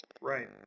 Right